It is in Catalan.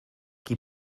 qui